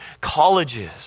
colleges